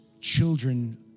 children